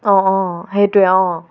অঁ অঁ সেইটোৱে অঁ